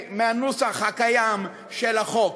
מהנוסח הקיים של החוק,